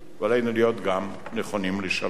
ועלינו להיות גם מוכנים לשלום.